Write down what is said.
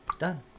done